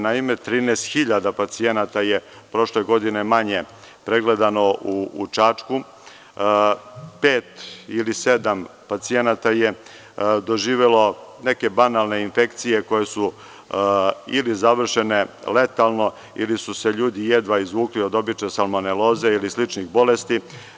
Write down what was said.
Naime, 13 hiljada pacijenata je prošle godine manje pregledano u Čačku, pet ili sedam pacijenata je doživelo neke banalne infekcije koje su ili završene legalno ili su se ljudi jedva izvukli od obične salmoneloze ili sličnih bolesti.